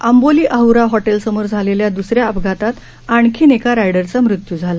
आंबोली अहरा हॉटेल समोर घडलेल्या द्रसऱ्या अपघातात आणखी एका रायडरचा मृत्यू झाला